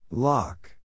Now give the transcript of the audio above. Lock